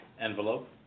Envelope